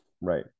Right